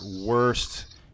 worst